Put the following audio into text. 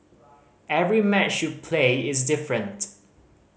every match you play is different